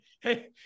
Hey